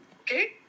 okay